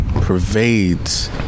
pervades